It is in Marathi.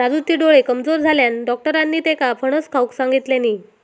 राजूचे डोळे कमजोर झाल्यानं, डाक्टरांनी त्येका फणस खाऊक सांगितल्यानी